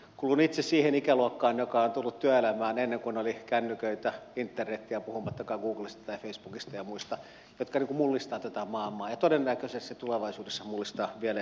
kuulun itse siihen ikäluokkaan joka on tullut työelämään ennen kuin oli kännyköitä internetiä puhumattakaan googlesta ja facebookista ja muista jotka mullistavat tätä maailmaa ja todennäköisesti tulevaisuudessa mullistavat vielä enemmän kuin nyt